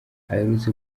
aherutse